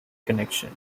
connection